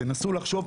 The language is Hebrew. תנסו לחשוב,